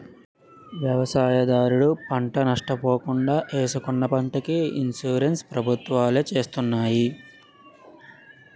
వ్యవసాయదారుడు పంట నష్ట పోకుండా ఏసుకున్న పంటకి ఇన్సూరెన్స్ ప్రభుత్వాలే చేస్తున్నాయి